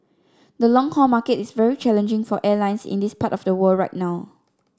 the long haul market is very challenging for airlines in this part of the world right now